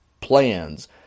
plans